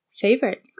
favorite